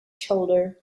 shoulder